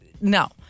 No